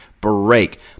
break